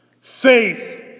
faith